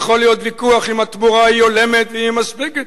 יכול להיות ויכוח אם התמורה הולמת ואם היא מספקת,